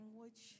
language